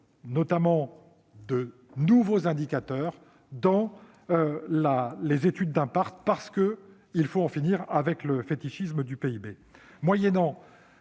de nouveaux indicateurs dans les études d'impact, parce qu'il faut en finir avec le fétichisme du PIB.